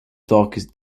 darkest